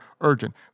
urgent